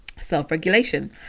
self-regulation